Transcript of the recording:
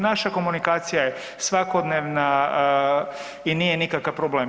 Naša komunikacija je svakodnevna i nije nikakav problem.